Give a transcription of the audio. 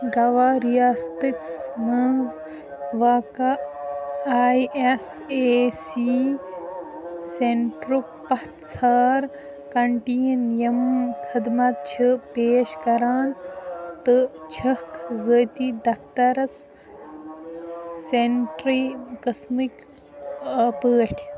گوا رِیاستَس منٛز واقعہ آی ایس اے سی سیٚنٹَرُک پتھ ژھار کنٹیٖن یِم خدمت چھِ پیش کران تہٕ چھِکھ ذٲتی دَفتَرَس سینٹری قٕسمٕکۍ پٲٹھۍ